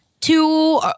Two